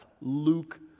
Luke